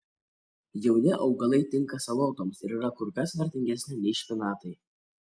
jauni augalai tinka salotoms ir yra kur kas vertingesni nei špinatai